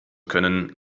können